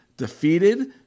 defeated